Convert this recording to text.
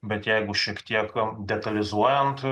bet jeigu šiek tiek detalizuojant